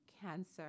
cancer